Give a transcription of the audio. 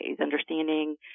understanding